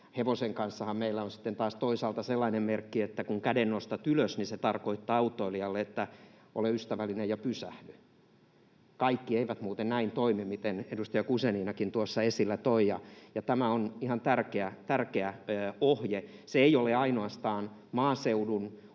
Hevosen kanssahan meillä on sitten taas toisaalta sellainen merkki, että kun käden nostat ylös, niin se tarkoittaa autoilijalle, että ole ystävällinen ja pysähdy — kaikki eivät muuten näin toimi, kuten edustaja Guzeninakin tuossa esille toi. Tämä on ihan tärkeä ohje. Se ei ole ainoastaan maaseudun